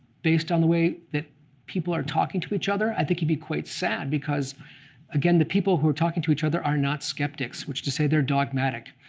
based on the way that people are talking to each other, i think he'd be quite sad because again, the people who are talking to each other are not skeptics, which is to say they're dogmatic.